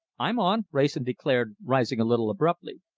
i'm on, wrayson declared, rising a little abruptly.